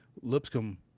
Lipscomb